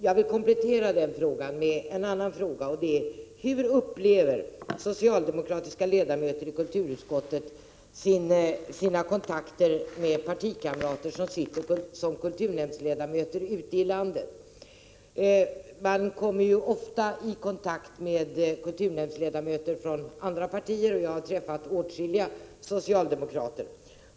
Jag vill komplettera den frågan med en annan fråga: Hur upplever socialdemokratiska ledamöter i kulturutskottet sina kontakter med partikamrater som sitter som kulturnämndsledamöter ute i landet? Man kommer ofta i kontakt med kulturnämndsledamöter från andra partier, och jag har träffat åtskilliga socialdemokrater.